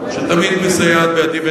אני תמיד אומר עליו את זה.